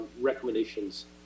recommendations